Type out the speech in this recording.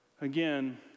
Again